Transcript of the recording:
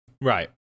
right